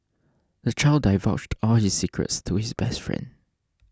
the child divulged all his secrets to his best friend